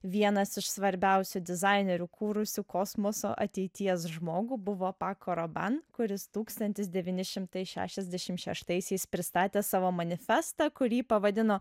vienas iš svarbiausių dizainerių kūrusių kosmoso ateities žmogų buvo pako roban kuris tūkstantis devyni šimtai šešiasdešim šeštaisiais pristatė savo manifestą kurį pavadino